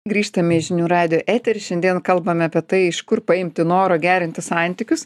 grįžtame į žinių radijo eterį šiandien kalbame apie tai iš kur paimti noro gerinti santykius